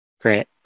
Great